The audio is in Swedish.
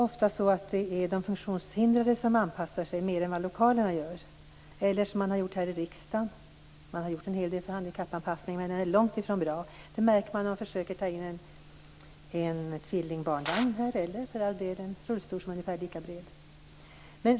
Ofta är det de funktionshindrade som anpassar sig mer till lokalerna än tvärtom. Här i riksdagen har man gjort en hel del handikappanpassning, men den är långt ifrån bra. Det märker man när man försöker att ta in en tvillingbarnvagn eller en rullstol som är ungefär lika bred.